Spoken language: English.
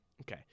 Okay